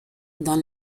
dans